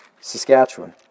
Saskatchewan